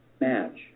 match